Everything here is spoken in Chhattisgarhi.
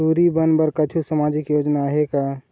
टूरी बन बर कछु सामाजिक योजना आहे का?